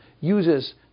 uses